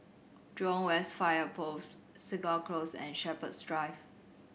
Jurong West Fire Post Segar Close and Shepherds Drive